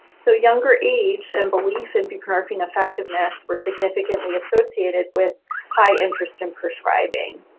so younger age and belief in buprenorphine effectiveness were significantly associated with high interest in prescribing,